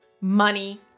Money